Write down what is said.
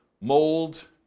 mold